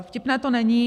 Vtipné to není.